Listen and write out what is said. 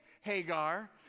Hagar